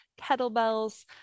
kettlebells